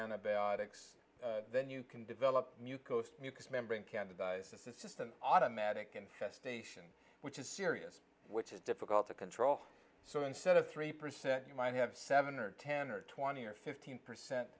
antibiotics then you can develop new ghost mucous membrane can devise this is just an automatic infestation which is serious which is difficult to control so instead of three percent you might have seven or ten or twenty or fifteen percent